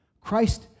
Christ